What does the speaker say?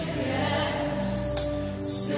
yes